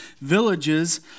villages